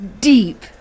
deep